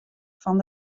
fan